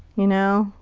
you know.